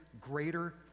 greater